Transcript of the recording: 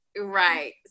Right